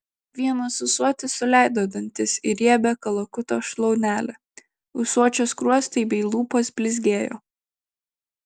vienas ūsuotis suleido dantis į riebią kalakuto šlaunelę ūsuočio skruostai bei lūpos blizgėjo